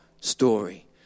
story